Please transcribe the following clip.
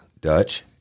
Dutch